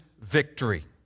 victory